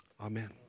amen